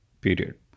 Period